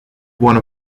one